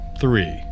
three